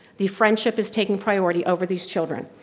the friendship is taking priority over these children.